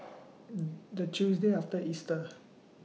The Tuesday after Easter